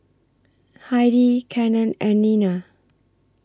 Heidi Cannon and Nina